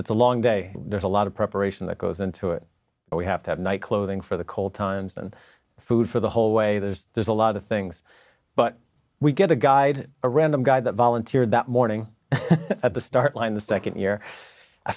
it's a long day there's a lot of preparation that goes into it and we have to have night clothing for the cold times and food for the whole way there's there's a lot of things but we get a guide a random guy that volunteered that morning at the start line the second year i